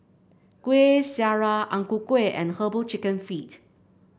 Kueh Syara Ang Ku Kueh and herbal chicken feet